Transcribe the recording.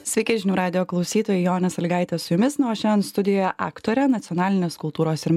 sveiki žinių radijo klausytojai jonė salygaitė su jumis nu o šiandien studijoje aktorė nacionalinės kultūros ir